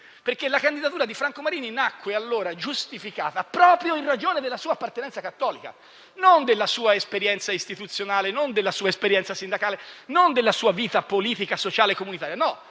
bene. La candidatura di Franco Marini, infatti, nacque allora come giustificata proprio dalla sua appartenenza cattolica, non dalla sua esperienza istituzionale, non dalla sua esperienza sindacale, non dalla sua vita politica, sociale e comunitaria.